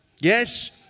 Yes